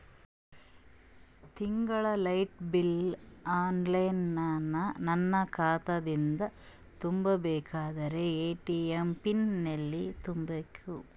ತಿಂಗಳ light bill online ನನ್ನ ಖಾತಾ ದಿಂದ ತುಂಬಾ ಬೇಕಾದರ ಎ.ಟಿ.ಎಂ ಪಿನ್ ಎಲ್ಲಿ ತುಂಬೇಕ?